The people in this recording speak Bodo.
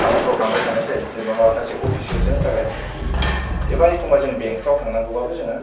थाउनफ्राव थांबाय थानाय जायो जेनबा माखासे अफिससोनि थाखाय एबा एखम्बा बेंकफ्राव थांनांगौबाबो जोङो